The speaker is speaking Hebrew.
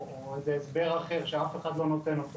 איזה הסבר אחר שאף אחד לא נותן אותו.